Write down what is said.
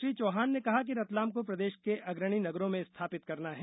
श्री चौहान ने कहा कि रतलाम को प्रदेश के अग्रणी नगरों में स्थापित करना है